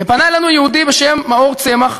ופנה אלינו יהודי בשם מאור צמח,